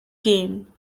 game